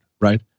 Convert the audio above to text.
right